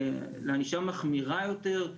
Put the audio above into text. לענישה מחמירה יותר,